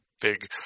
big